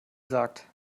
sagt